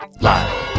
Live